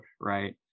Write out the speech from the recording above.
right